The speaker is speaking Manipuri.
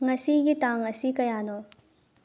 ꯉꯁꯤꯒꯤ ꯇꯥꯡ ꯑꯁꯤ ꯀꯌꯥꯅꯣ